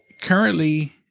currently